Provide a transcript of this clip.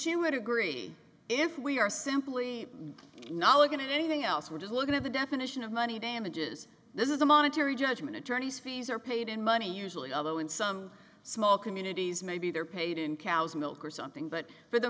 attorneys would agree if we are simply not looking at anything else we're just looking at the definition of money damages this is a monetary judgment attorneys fees are paid in money usually although in some small communities maybe they're paid in cow's milk or something but for the